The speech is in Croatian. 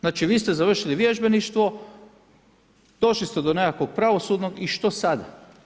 Znači vi ste završili vježbeništvo, došli ste do nekakvog pravosudnog i što sada?